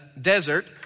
desert